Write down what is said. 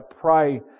pray